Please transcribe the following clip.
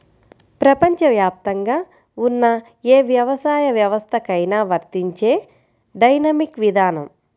ప్రపంచవ్యాప్తంగా ఉన్న ఏ వ్యవసాయ వ్యవస్థకైనా వర్తించే డైనమిక్ విధానం